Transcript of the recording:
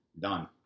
Done